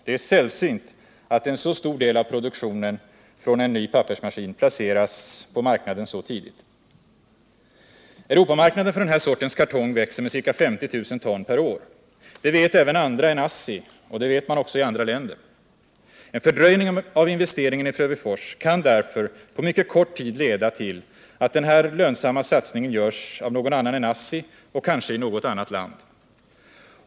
Det är sällsynt att en så stor del av produktionen från en ny pappersmaskin placeras på marknaden så tidigt. Europamarknaden för den här sortens kartong växer med ca 50 000 ton per år. Det vet även andra än ASSI. Det vet man också i andra länder. En fördröjning av investeringen i Frövifors kan därför på mycket kort tid leda till att den här lönsamma satsningen görs av någon annan än ASSI och kanske i något annat land.